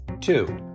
Two